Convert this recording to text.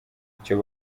icyo